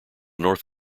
north